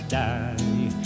die